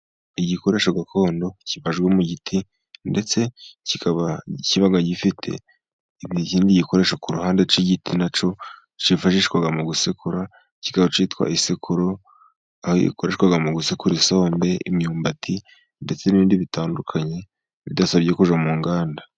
Igikoresho gakondo kibajwe mu giti ndetse kikaba kiba gifite ikindi gikoresho ku ruhande cy'igiti na cyo kifashishwa mu gusekura, kikaba cyitwa isekuru aho ikoreshwa mu gusekura isombe imyumbati, ndetse n'ibindi bitandukanye bidasabye kujya mu nganda.